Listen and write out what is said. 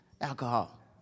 Alcohol